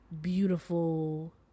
beautiful